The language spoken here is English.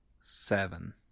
seven